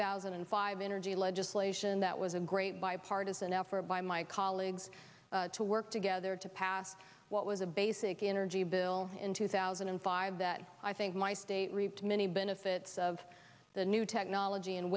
thousand and five energy legislation that was a great bipartisan effort by my colleagues to work together to pass what was a basic energy bill in two thousand and five that i think my state reaped many benefits of the new technology and